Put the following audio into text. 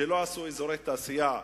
שלא עשו אזורי תעשייה,